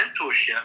mentorship